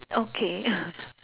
okay